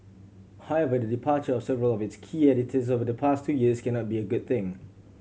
however the departure of several of its key editors over the past two years cannot be a good thing